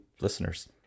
listeners